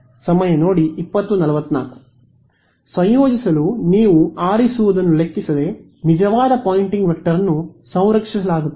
ವಿದ್ಯಾರ್ಥಿ ಸಂಯೋಜಿಸಲು ನೀವು ಆರಿಸುವುದನ್ನು ಲೆಕ್ಕಿಸದೆ ನಿಜವಾದ ಪೊಯಿಂಟಿಂಗ್ ವೆಕ್ಟರ್ ಅನ್ನು ಸಂರಕ್ಷಿಸಲಾಗುತ್ತದೆ